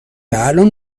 الان